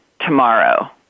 tomorrow